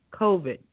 COVID